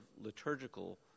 liturgical